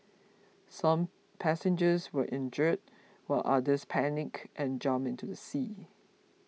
some passengers were injured while others panicked and jumped into the sea